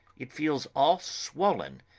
it feels all swollen,